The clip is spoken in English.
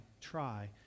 try